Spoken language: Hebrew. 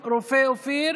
הצביעה נגד בוועדת הכספים,